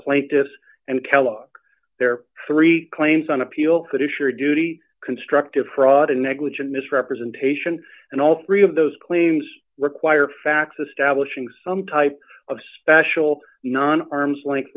plaintiffs and kellogg their three claims on appeal but it's your duty constructive fraud and negligent misrepresentation and all three of those claims require facts establishing some type of special non arm's length